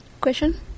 Question